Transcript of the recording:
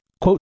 quote